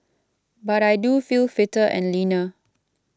but I do feel fitter and leaner